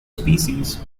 species